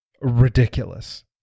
ridiculous